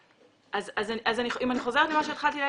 אם אני חוזרת למה שהתחלתי להגיד,